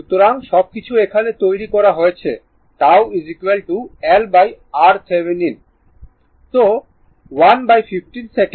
সুতরাং সবকিছু এখানে তৈরি করা হয়েছে τ LRThevenin তো 115 সেকেন্ড